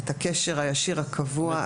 את הקשר הישיר הקבוע,